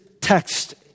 text